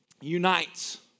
unites